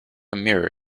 mirror